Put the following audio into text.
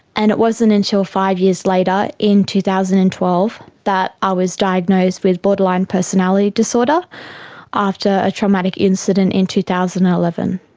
and it wasn't until five years later in two thousand and twelve that i was diagnosed with borderline personality disorder after a traumatic incident in two thousand and eleven.